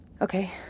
Okay